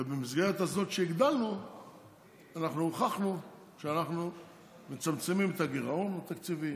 ובמסגרת הזאת שהגדלנו הוכחנו שאנחנו מצמצמים את הגירעון התקציבי,